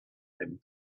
them